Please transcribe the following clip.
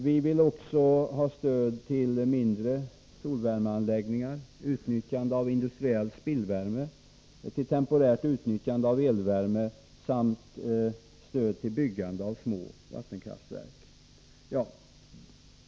Vi vill också ha stöd till mindre solvärmeanläggningar, till utnyttjande av industriell spillvärme, till temporärt utnyttjande av elvärme samt till byggande av små vattenkraftverk.